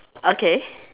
okay